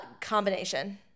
Combination